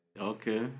Okay